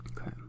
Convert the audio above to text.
Okay